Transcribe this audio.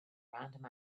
random